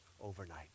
overnight